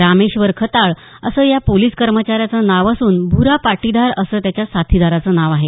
रामेश्वर खताळ असं या पोलिस कर्मचाऱ्याचं नाव असून भूरा पाटीधार असं त्याच्या साथीदाराचं नावं आहे